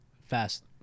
Fast